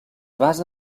basa